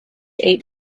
eight